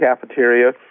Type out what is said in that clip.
cafeteria